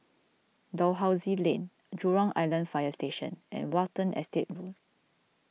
Dalhousie Lane Jurong Island Fire Station and Watten Estate Road